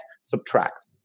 subtract